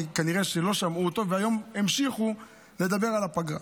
כי כנראה שלא שמעו אותו והיום המשיכו לדבר על הפגרה.